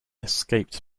escaped